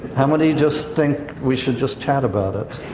how many just think we should just chat about it?